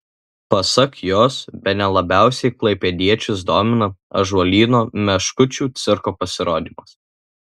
pasak jos bene labiausiai klaipėdiečius domina ąžuolyno meškučių cirko pasirodymas